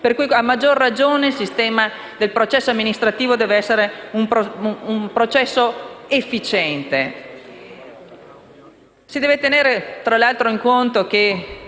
Per cui, a maggior ragione, il sistema del processo amministrativo deve essere efficiente.